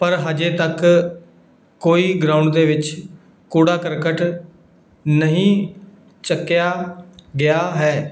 ਪਰ ਹਜੇ ਤੱਕ ਕੋਈ ਗਰਾਊਂਡ ਦੇ ਵਿੱਚ ਕੂੜਾ ਕਰਕਟ ਨਹੀਂ ਚੱਕਿਆ ਗਿਆ ਹੈ